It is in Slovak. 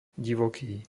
divoký